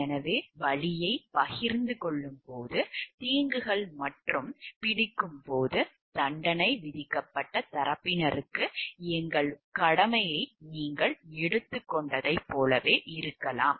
எனவே வலியைப் பகிர்ந்து கொள்ளும்போது தீங்குகள் மற்றும் பிடிக்கும் போது தண்டனை விதிக்கப்பட்ட தரப்பினருக்கு எங்கள் கடமையை நீங்கள் எடுத்துக் கொண்டதைப் போலவே இருக்கலாம்